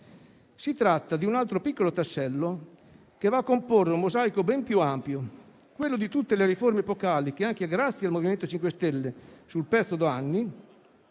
Si tratta di un altro piccolo tassello che va a comporre un mosaico ben più ampio, quello di tutte le riforme epocali che, anche grazie al MoVimento 5 Stelle, sul pezzo da anni,